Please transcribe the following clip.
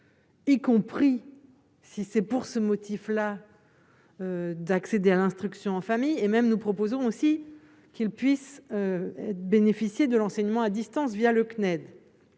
y compris si c'est pour ce motif-là d'accéder à l'instruction en famille et même nous proposons aussi qu'il puisse bénéficier de l'enseignement à distance, via le CNED,